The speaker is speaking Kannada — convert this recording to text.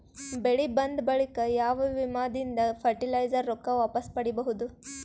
ಬೆಳಿ ಬಂದ ಬಳಿಕ ಯಾವ ವಿಮಾ ದಿಂದ ಫರಟಿಲೈಜರ ರೊಕ್ಕ ವಾಪಸ್ ಪಡಿಬಹುದು?